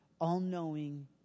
all-knowing